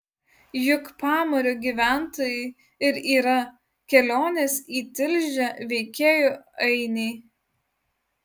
juk pamario gyventojai ir yra kelionės į tilžę veikėjų ainiai